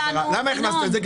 אבל למה הכנסת את זה?